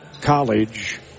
College